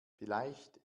vielleicht